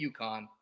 UConn